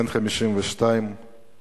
בן 52 נהרג,